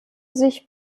sich